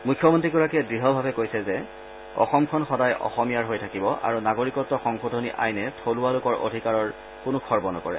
মুখ্যমন্ত্ৰীগৰাকীয়ে দৃঢ়ভাৱে কৈছে যে অসমখন সদায় অসমীয়াৰ হৈ থাকিব আৰু নাগৰিকত্ব সংশোধনী আইনে থলুৱা লোকৰ অধিকাৰৰ কোনো খৰ্ব নকৰে